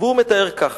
והוא מתאר כך: